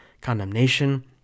condemnation